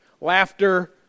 Laughter